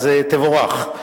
אז תבורך.